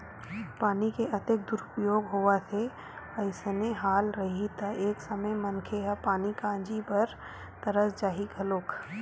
पानी के अतेक दुरूपयोग होवत हे अइसने हाल रइही त एक समे मनखे ह पानी काजी बर तरस जाही घलोक